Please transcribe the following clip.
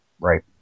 right